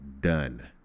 Done